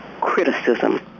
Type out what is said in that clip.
criticism